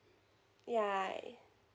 yeah